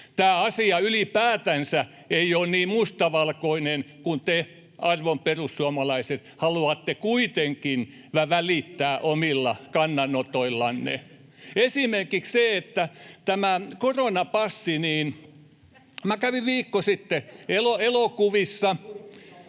Tämä asia ylipäätänsä ei ole niin mustavalkoinen kuin te, arvon perussuomalaiset, haluatte kuitenkin omilla kannanotoillanne välittää. Esimerkiksi tämä koronapassi: Minä kävin viikko sitten elokuvissa,